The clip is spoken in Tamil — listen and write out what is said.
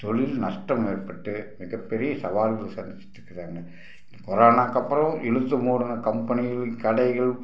தொழில் நஷ்டம் ஏற்பட்டு மிகப்பெரிய சவால்களை சந்திச்சிட்டிருக்கறாங்க கொரோனாக்கப்புறம் இழுத்து மூடின கம்பெனிகள் கடைகள்